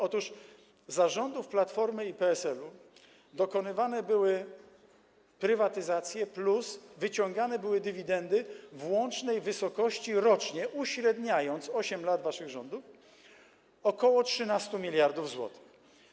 Otóż za rządów Platformy i PSL-u dokonywane były prywatyzacje plus wyciągane były dywidendy w łącznej wysokości rocznie, uśredniając 8 lat waszych rządów, ok. 13 mld zł.